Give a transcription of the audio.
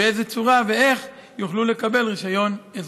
באיזו צורה ואיך יוכלו לקבל רישיון אזרחי.